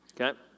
okay